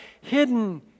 hidden